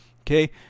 okay